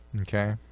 Okay